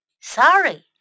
Sorry